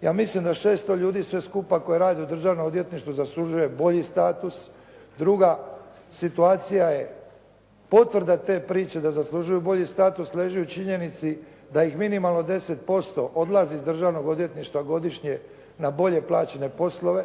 ja mislim da 600 ljudi sve skupa koji rade u državnom odvjetništvu, zaslužuje bolji status. Druga situacija je potvrda te priče da zaslužuju bolji status leži u činjenici da ih minimalno 10% odlazi iz državnog odvjetništva godišnje na bolje plaćene poslove